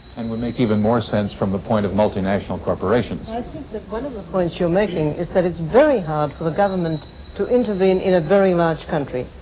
and would make even more sense from the point of multi-national corporations. i think that one of the points you're making is that it's very hard for the government to intervene in a very large country,